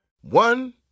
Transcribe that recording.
one